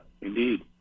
indeed